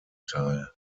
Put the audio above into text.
teil